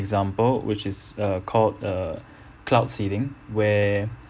example which is uh called uh cloud seeding where